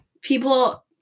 people